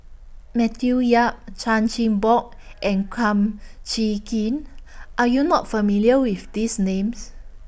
Matthew Yap Chan Chin Bock and Kum Chee Kin Are YOU not familiar with These Names